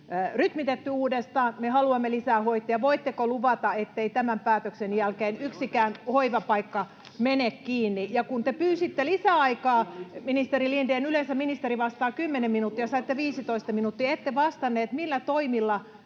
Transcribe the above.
rytmitetty uudestaan ja me haluamme lisää hoitajia, voitteko luvata, ettei tämän päätöksen jälkeen yksikään hoivapaikka mene kiinni? Ja kun te pyysitte lisäaikaa, ministeri Lindén — yleensä ministeri vastaa 10 minuuttia, saitte 15 minuuttia — ette vastannut, millä toimilla